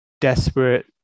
desperate